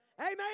Amen